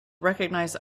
recognize